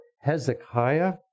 Hezekiah